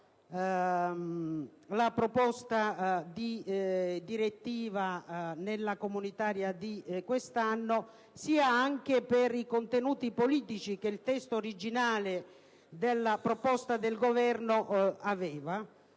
la proposta di direttiva nella cosiddetta legge comunitaria di questo anno, sia per i contenuti politici che il testo originale della proposta del Governo aveva.